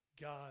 God